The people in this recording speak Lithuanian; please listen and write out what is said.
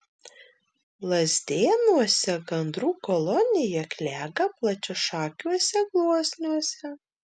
lazdėnuose gandrų kolonija klega plačiašakiuose gluosniuose